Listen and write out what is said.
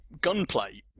gunplay